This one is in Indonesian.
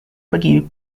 pergi